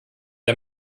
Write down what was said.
der